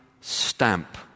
stamp